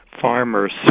farmers